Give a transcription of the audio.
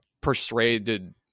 persuaded